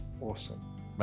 Awesome